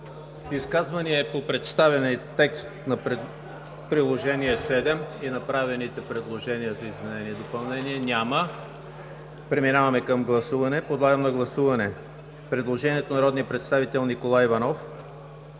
Изказвания по представения текст на Приложене № 7 и направените предложения за изменение и допълнение? Няма. Преминаваме към гласуване. Подлагам на гласуване предложението на народния